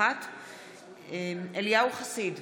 נוכחת אליהו חסיד,